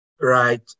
Right